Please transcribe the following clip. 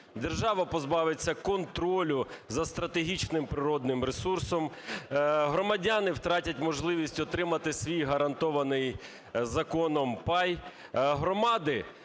Держава позбавиться контролю за стратегічним природним ресурсом, громадяни втратять можливість отримати свій гарантований законом пай.